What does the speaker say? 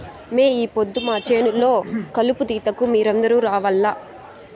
మే ఈ పొద్దు మా చేను లో కలుపు తీతకు మీరందరూ రావాల్లా